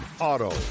auto